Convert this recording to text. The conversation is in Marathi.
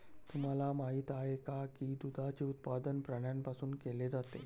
तुम्हाला माहित आहे का की दुधाचे उत्पादन प्राण्यांपासून केले जाते?